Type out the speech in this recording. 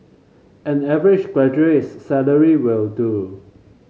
an average graduate's salary will do